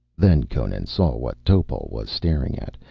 then conan saw what topal was staring at,